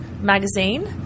magazine